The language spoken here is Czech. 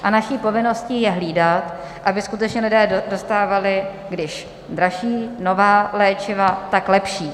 A naší povinností je hlídat, aby skutečně lidé dostávali, když dražší nová léčiva, tak lepší.